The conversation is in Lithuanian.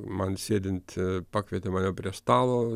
man sėdint pakvietė mane prie stalo